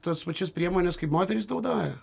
tas pačias priemones kaip moterys naudoja